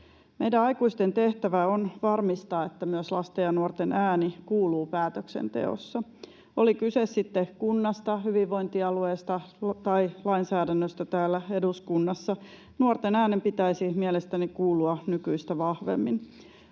Meidän aikuisten tehtävä on varmistaa, että myös lasten ja nuorten ääni kuuluu päätöksenteossa. Oli kyse sitten kunnasta, hyvinvointialueesta tai lainsäädännöstä täällä eduskunnassa, nuorten äänen pitäisi mielestäni kuulua nykyistä vahvemmin.